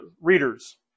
readers